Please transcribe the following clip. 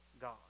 God